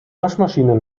waschmaschine